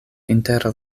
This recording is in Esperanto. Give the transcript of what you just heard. inter